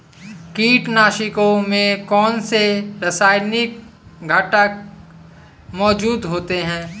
कीटनाशकों में कौनसे रासायनिक घटक मौजूद होते हैं?